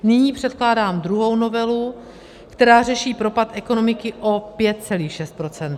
Nyní předkládám druhou novelu, která řeší propad ekonomiky o 5,6 %.